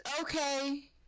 okay